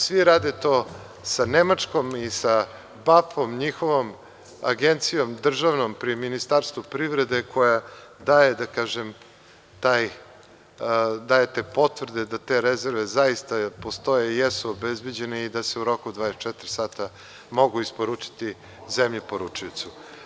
Svi rade to sa Nemačkom i sa BAP-om, njihovom državnom agencijom pri Ministarstvu privrede, koja daje te potvrde da te rezerve zaista postoje i jesu obezbeđene i da se u roku od 24 časa mogu isporučiti zemlji poručiocu.